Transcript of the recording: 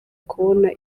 kubona